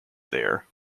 there